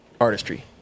artistry